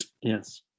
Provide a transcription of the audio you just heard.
yes